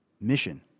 mission